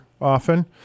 often